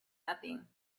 nothing